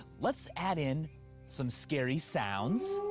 let's add in some scary sounds.